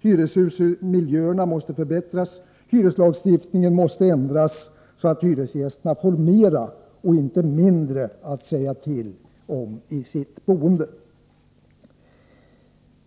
Hyreshusmiljöerna måste förbättras. Hyreslagstiftningen måste ändras så att hyresgästerna får mera, inte mindre, att säga till om i sitt boende.